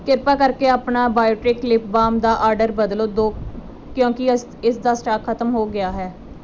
ਕ੍ਰਿਪਾ ਕਰਕੇ ਆਪਣਾ ਬਾਇਓਟਿਕ ਲਿਪ ਬਾਮ ਦਾ ਆਰਡਰ ਬਦਲ ਦਿਓ ਕਿਉਂਕਿ ਅਜੇ ਇਸ ਇਸ ਦਾ ਸਟਾਕ ਖਤਮ ਹੋ ਗਿਆ ਹੈ